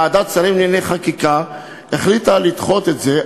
ועדת השרים לענייני חקיקה החליטה לדחות את זה,